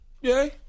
Yay